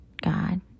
God